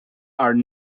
are